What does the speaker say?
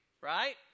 Right